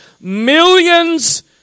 millions